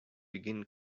begin